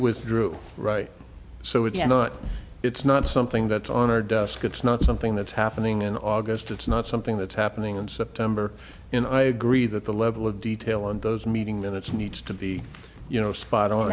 withdrew right so it's not it's not something that's on our desk it's not something that's happening in august it's not something that's happening in september and i agree that the level of detail in those meeting minutes needs to be you know spot o